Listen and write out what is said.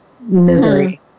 misery